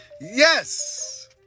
Yes